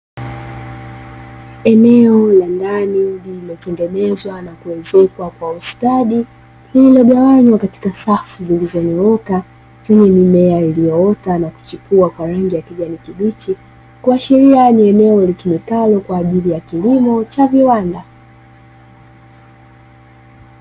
Eneo la ndani lililotengenezwa na kuezekwa kwa ustadi lililogawanywa katika safu zilizonyooka zenye mimea iliyoota na kuchipua kwa rangi ya kijani kibichi, kuashiria ni eneo litumikalo kwa ajili ya kilimo cha viwanda.